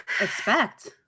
expect